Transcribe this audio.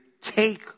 take